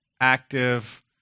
active